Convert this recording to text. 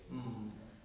mm